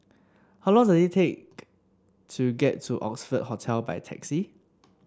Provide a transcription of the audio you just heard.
how long does it take to get to Oxford Hotel by taxi